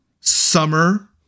summer